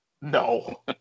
No